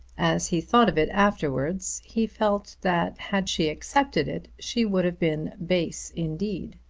as he thought of it afterwards he felt that had she accepted it she would have been base indeed.